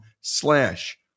slash